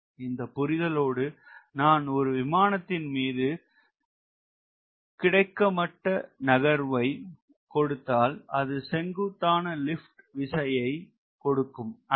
இந்த புரிதலோடு நான் ஒரு விமானத்தின் மீது கிடைமட்ட நகர்வை கொடுத்தால் அது செங்குத்தான லிப்ட் விசையை ஐக் கொடுக்கும் அல்லவா